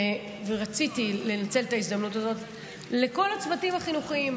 ורציתי לנצל את ההזדמנות הזאת להודות לכל הצוותים החינוכיים,